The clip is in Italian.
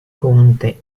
conte